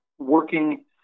working